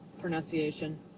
pronunciation